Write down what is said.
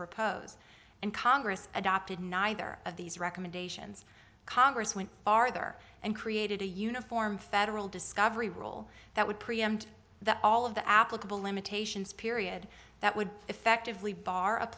repose and congress adopted neither of these recommendations congress went farther and created a uniform federal discovery role that would preempt that all of the applicable limitations period that would effectively bar a